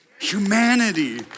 Humanity